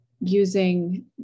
using